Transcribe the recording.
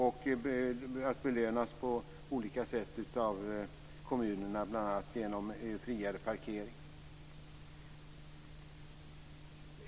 De bör belönas på olika sätt av kommunerna, bl.a. genom friare parkering.